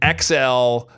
XL